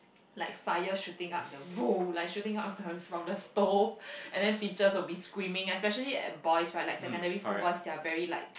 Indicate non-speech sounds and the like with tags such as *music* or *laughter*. like fire shooting up the bowl like shooting up the from the stove and then teachers will be screaming especially at boys right like secondary school boys they are very like *noise*